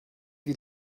wie